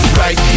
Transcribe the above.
right